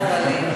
זה התקנון.